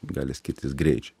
gali skirtis greičiai